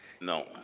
No